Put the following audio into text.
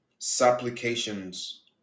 supplications